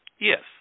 yes